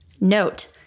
Note